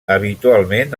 habitualment